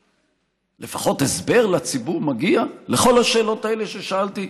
לפחות הסבר לציבור מגיע על כל השאלות האלה ששאלתי.